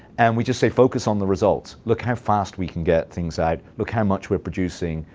and we just say, focus on the results. look how fast we can get things out. look how much we're producing.